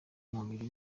umubiri